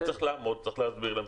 צריך לעמוד ולהסביר להם,